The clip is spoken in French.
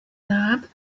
arabes